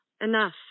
Enough